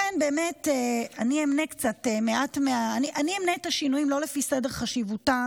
אני אמנה את השינויים לא לפי סדר חשיבותם.